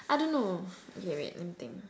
I don't know okay wait let me think